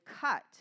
cut